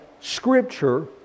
Scripture